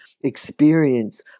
experience